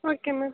okay ma'am